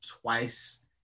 twice